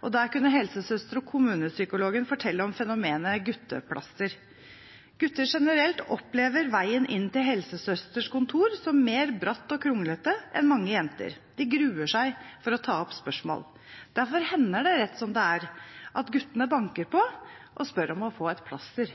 og der kunne helsesøster og kommunepsykologen fortelle om fenomenet gutteplaster. Gutter generelt opplever veien inn til helsesøsters kontor som mer bratt og kronglete enn mange jenter – de gruer seg for å ta opp spørsmål. Derfor hender det rett som det er at guttene banker på og spør om å få et plaster,